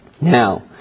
Now